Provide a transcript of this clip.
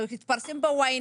זה התפרסם ב-YNET.